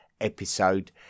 episode